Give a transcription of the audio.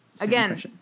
Again